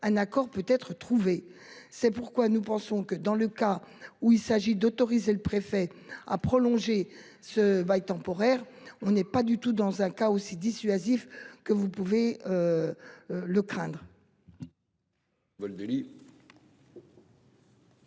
Un accord peut être trouvé. C'est pourquoi nous pensons que dans le cas où il s'agit d'autoriser le préfet à prolonger ce bail temporaire. On n'est pas du tout dans un cas aussi dissuasif que vous pouvez. Le craindre.